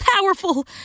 powerful